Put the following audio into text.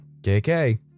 KK